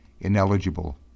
ineligible